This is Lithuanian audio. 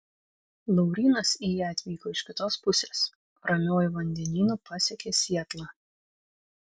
laurynas į ją atvyko iš kitos pusės ramiuoju vandenynu pasiekė sietlą